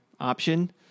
option